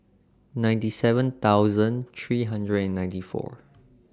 ninety seven thousand three hundred and ninety four